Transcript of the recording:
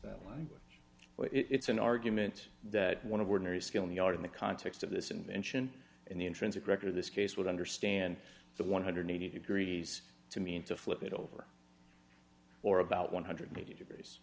that language it's an argument that one of ordinary skill in the art in the context of this invention and the intrinsic record this case would understand the one hundred eighty degrees to mean to flip it over or about one hundred eighty degrees